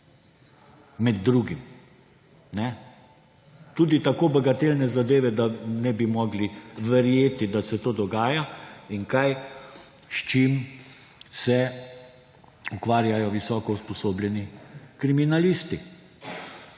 Med drugim. Tudi tako bagatelne zadeve, da ne bi mogli verjeti, da se to dogaja in kaj, s čim se ukvarjajo visoko usposobljeni kriminalisti.